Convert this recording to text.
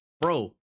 bro